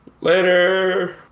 Later